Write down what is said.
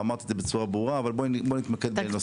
ואמרתי את זה בצורה ברורה אבל בואי נתמקד בנושא אחר.